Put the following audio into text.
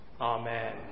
Amen